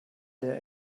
there